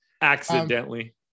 Accidentally